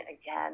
again